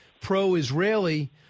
pro-Israeli